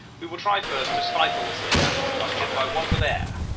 we will try first to stifle this ere damned combustion by want of air